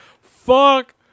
fuck